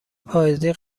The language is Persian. پاییزی